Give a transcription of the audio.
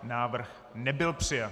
Návrh nebyl přijat.